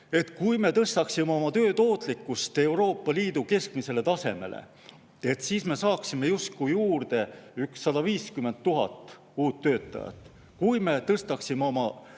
Kui me tõstaksime töö tootlikkuse Euroopa Liidu keskmisele tasemele, siis me saaksime justkui juurde 150 000 uut töötajat. Kui me tõstaksime oma tervelt